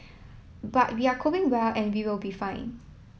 but we are coping well and we will be fine